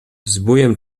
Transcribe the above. zbójem